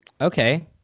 Okay